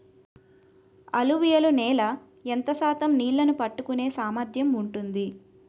అలువియలు నేల ఎంత శాతం నీళ్ళని పట్టుకొనే సామర్థ్యం ఉంటుంది?